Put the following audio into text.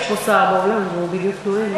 יש פה שר באולם והוא בדיוק נואם,